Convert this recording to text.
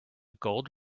gold